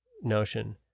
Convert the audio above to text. notion